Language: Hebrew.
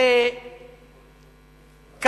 אדוני השר, זה לא יאה מה שכבודו מעיר.